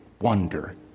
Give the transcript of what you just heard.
wonder